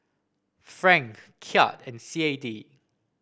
franc Kyat and C A D